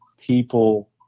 people